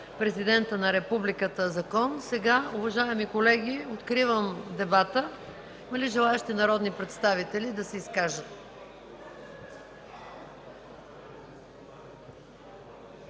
Президента на Републиката закон. Уважаеми колеги, откривам дебата. Има ли желаещи народни представители да се изкажат